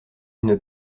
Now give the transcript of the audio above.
une